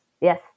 yes